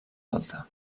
alta